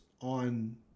on